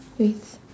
with